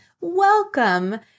welcome